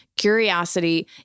curiosity